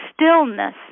stillness